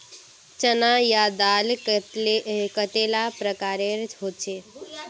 चना या दाल कतेला प्रकारेर होचे?